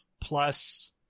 plus